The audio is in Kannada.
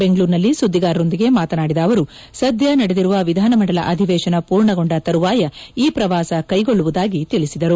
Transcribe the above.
ಬೆಂಗಳೂರಿನಲ್ಲಿ ಸುದ್ದಿಗಾರರೊಂದಿಗೆ ಮಾತನಾಡಿದ ಅವರು ಸದ್ಯ ನಡೆದಿರುವ ವಿಧಾನಮಂದಲ ಅಧಿವೇಶನ ಪೂರ್ಣಗೊಂಡ ತರುವಾಯ ಈ ಪ್ರವಾಸ ಕೈಗೊಳ್ಳುವುದಾಗಿ ತಿಳಿಸಿದರು